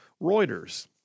Reuters